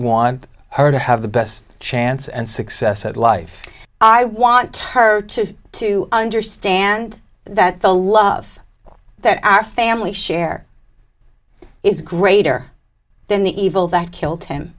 want her to have the best chance and success at life i want her to understand that the love that our family share is greater than the evil that killed him